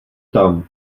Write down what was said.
tam